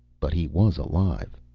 but he was alive.